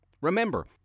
Remember